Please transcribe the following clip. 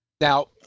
Now